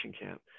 camp